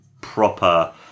proper